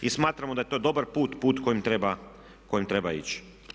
I smatramo da je to dobar put, put kojim treba ići.